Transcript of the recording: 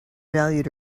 valued